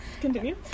Continue